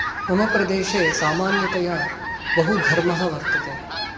मम प्रदेशे सामन्यतया बहु घर्मः वर्तते